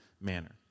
manner